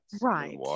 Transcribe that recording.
Right